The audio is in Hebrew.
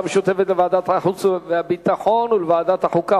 המשותפת לוועדת החוץ והביטחון ולוועדת החוקה,